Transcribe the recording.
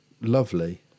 lovely